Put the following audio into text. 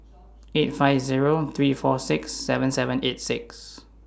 eight five Zero three four six seven seven eight six